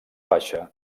baixa